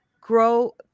grow